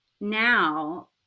now